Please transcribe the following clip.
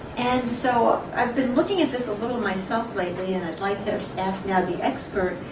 and, so, i've been looking at this a little myself lately, and i'd like to ask now the expert,